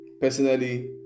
Personally